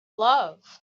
love